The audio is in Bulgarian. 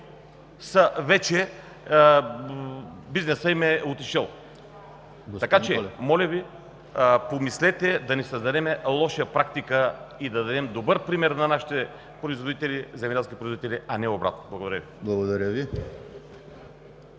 вече бизнесът им е отишъл. Моля Ви, помислете да не създадем лоша практика и да дадем добър пример на нашите земеделски производители, а не обратното. Благодаря Ви.